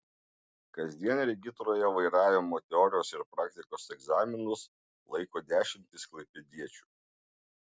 kasdien regitroje vairavimo teorijos ir praktikos egzaminus laiko dešimtys klaipėdiečių